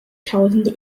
tausende